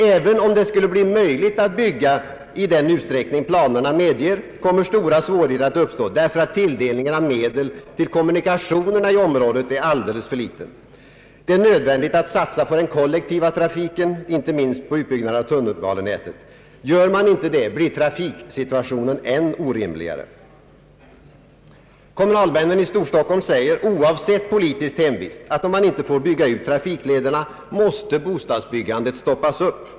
även om det skulle bli möjligt att bygga i den utsträckning planerna medger, kommer stora svårigheter att uppstå därför att tilldelningen av medel till kommunikationerna i området är alldeles för liten. Det är nödvändigt att satsa på den kollektiva trafiken, inte minst på utbyggnaden av tunnelbanenätet. Gör man inte det, blir trafiksituationen än orimligare. Kommunalmännen i Storstockholm säger, oavsett politisk hemvist, att om man inte får bygga ut trafiklederna, måste bostadsbyggandet minskas.